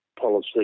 policy